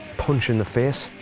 punch in the face.